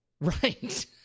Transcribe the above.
Right